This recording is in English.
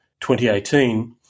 2018